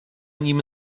nim